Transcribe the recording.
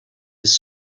his